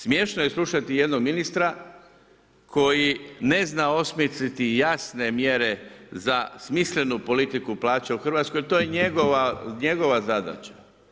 Smiješno je slušati jednog ministra koji ne zna osmisliti jasne mjere za smislenu politiku plaća u Hrvatskoj jer to je njegova zadaća.